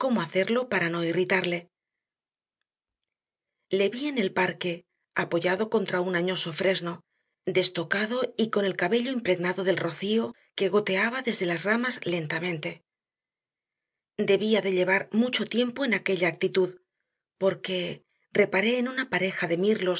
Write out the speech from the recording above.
hacerlo para no irritarle le vi en el parque apoyado contra un añoso fresno destocado y con el cabello impregnado del rocío que goteaba desde las ramas lentamente debía de llevar mucho tiempo en aquella actitud porque reparé en una pareja de mirlos